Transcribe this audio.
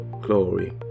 Glory